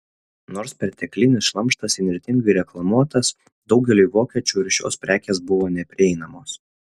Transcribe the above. nors perteklinis šlamštas įnirtingai reklamuotas daugeliui vokiečių ir šios prekės buvo neprieinamos